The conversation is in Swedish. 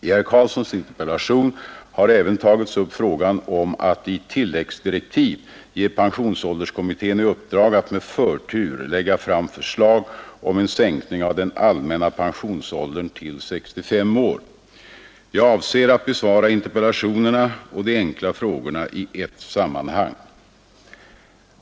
I herr Carlssons interpellation har även tagits upp frågan om att i tilläggsdirektiv ge pensionsålderskommittén i uppdrag att med förtur lägga fram förslag om en sänkning av den allmänna pensionsåldern till 65 år. Jag avser att besvara interpellationerna och de enkla frågorna i ett sammanhang.